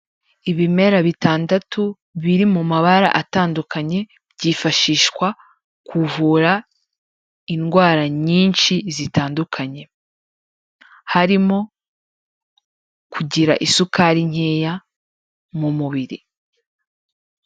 Ibimera bitandatu biri mu mabara atandukanye, byifashishwa kuvura indwara nyinshi zitandukanye, harimo kugira isukari nkeya mu mubiri.